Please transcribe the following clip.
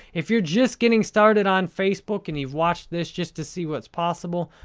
if you're just getting started on facebook and you've watched this just to see what's possible,